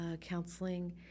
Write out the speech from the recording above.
counseling